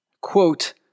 quote